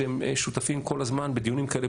שהם שותפים כל הזמן בדיונים כאלה,